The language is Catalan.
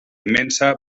immensa